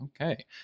okay